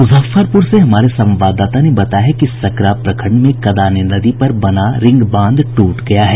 मुजफ्फरपुर से हमारे संवाददाता ने बताया है कि सकरा प्रखंड में कदाने नदी पर बना रिंग बांध टूट गया है